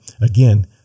again